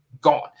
Gone